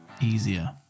easier